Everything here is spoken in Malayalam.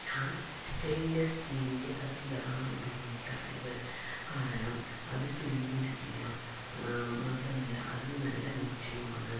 ഞാൻ സ്റ്റൈൻലെസ്സ് സ്റ്റീലിൻ്റെ കത്തികളാണ് ഉപയോഗിക്കാറുള്ളത് കാരണം അത് തുരുമ്പടിക്കില്ല മാത്രവുമല്ല അതിന് നല്ല മൂർച്ചയുമാണ്